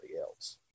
else